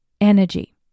energy